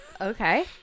Okay